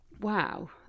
Wow